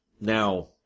Now